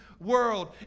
world